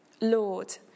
Lord